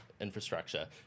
Infrastructure